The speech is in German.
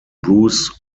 bruce